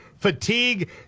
Fatigue